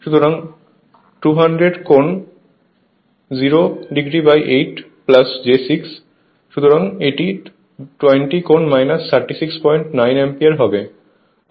সুতরাং 200 কোণ 0 o8 j 6 সুতরাং এটি 20 কোণ 369o অ্যাম্পিয়ার হবে